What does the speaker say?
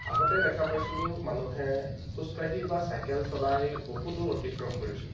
আগতে দেখা পাইছিলোঁ মানুহে খোজকাঢ়ি বা চাইকেল চলাই বহুদূৰ অতিক্ৰম কৰিছিল